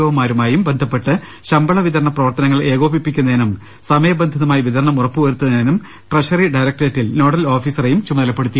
O മാരു മായും ബന്ധപ്പെട്ട് ശമ്പള പിതരണ പ്രവർത്തനങ്ങൾ ഏകോപിപ്പിക്കുന്നതി നും സമയബന്ധിതമായി വിതരണം ഉറപ്പുവരുത്തുന്നതിനും ട്രഷറി ഡയറകട റേറ്റിൽ നോഡൽ ഓഫീസറെയും ചുമതലപ്പെടുത്തി